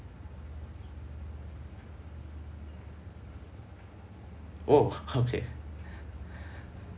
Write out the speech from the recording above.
oh okay